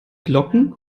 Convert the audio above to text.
glocken